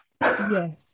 Yes